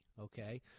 okay